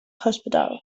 hospital